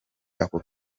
ako